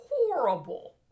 horrible